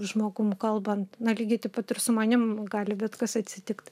žmogum kalbant na lygiai taip pat ir su manim gali bet kas atsitikt